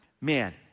man